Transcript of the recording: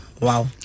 wow